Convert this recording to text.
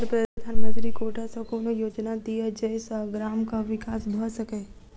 Sir प्रधानमंत्री quota सऽ कोनो योजना दिय जै सऽ ग्रामक विकास भऽ सकै?